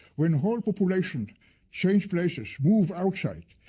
when whole population change places move outside,